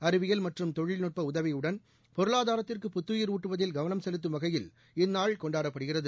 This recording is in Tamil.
அறிவிபல் மற்றும் தொழில்நுட்ப உதவியுடன் பொருளாதாரத்திற்கு புத்துயீர் ஊட்டுவதில் கவனம் செலுத்தும் வகையில் இந்நாள் கொண்டாடப்படுகிறது